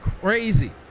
crazy